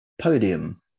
podium